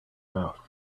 mouth